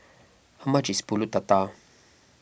how much is Pulut Tatal